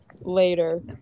later